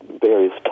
various